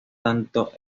tanto